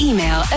Email